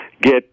Get